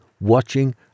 watching